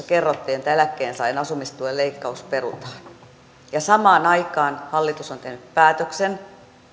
kerrottiin että eläkkeensaajien asumistuen leikkaus perutaan ja samaan aikaan hallitus on tehnyt päätöksen